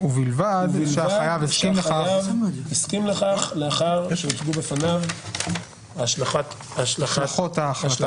ובלבד שהחייב הסכים לכך לאחר שהוצגו בפניו השלכות ההחלטה.